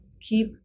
keep